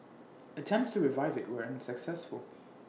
attempts to revive IT were unsuccessful